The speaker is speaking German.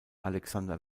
alexander